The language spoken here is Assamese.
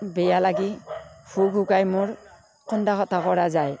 বেয়া লাগি হুক হুকাই মোৰ কন্দা কটা কৰা যায়